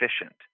efficient